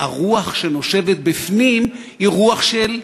הרוח שנושבת בפנים היא רוח של: